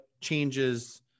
changes